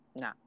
No